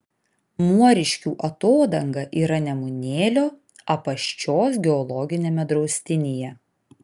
muoriškių atodanga yra nemunėlio apaščios geologiniame draustinyje